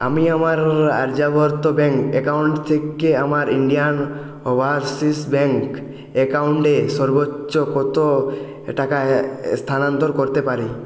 আমি আমার Aryavart bank account থেকে আমার ইন্ডিয়ান ওভার্সিস ব্যাঙ্ক অ্যাকাউন্টে সর্বোচ্চ কত টাকা স্থানান্তর করতে পারি